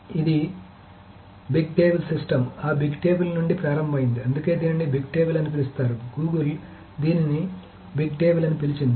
కాబట్టి ఇది big table system ఆ బిగ్ టేబుల్ నుండి ప్రారంభమైంది అందుకే దీనిని బిగ్ టేబుల్ అని పిలుస్తారు గూగుల్ దీనిని బిగ్ టేబుల్ అని పిలిచింది